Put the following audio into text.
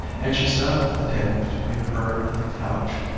and she sat with the table between her and the couch,